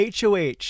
HOH